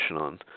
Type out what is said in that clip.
on